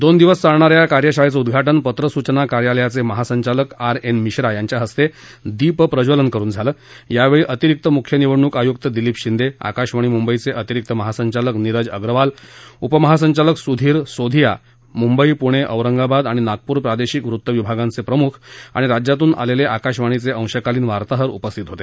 दोन दिवस चालणाऱ्या या कार्यशाळेच उदघाटन पत्र सूचना कार्यालायचे महाद्विलक आर एन मिश्रा याच्वाहस्ते दीपप्रज्वलन करून झाल विवेळी अतिरिक्त मुख्य निवडणूक आयुक्त दिलीप शिर्द आकाशवाणी मुर्दुर्चे अतिरीक्त महासद्वालक नीरज अगरवाल उपमहासद्वालक सुधीर सोधिया मुद्वी पूणे औरत्वाद आणि नागपूर प्रादेशिक वृत्त विभागाचे प्रमुख आणि राज्यातून आलेले आकाशवाणीचे अध्रकालीन वार्ताहर उपस्थित होते